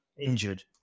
Injured